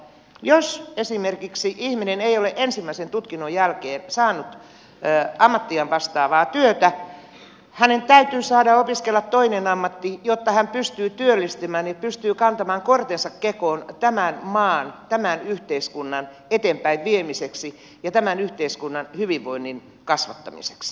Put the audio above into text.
jos esimerkiksi ihminen ei ole ensimmäisen tutkinnon jälkeen saanut ammattiaan vastaavaa työtä hänen täytyy saada opiskella toinen ammatti jotta hän pystyy työllistymään ja pystyy kantamaan kortensa kekoon tämän maan tämän yhteiskunnan eteenpäinviemiseksi ja tämän yhteiskunnan hyvinvoinnin kasvattamiseksi